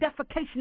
defecation